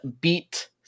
beat